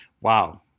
Wow